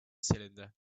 cylinder